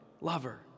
lover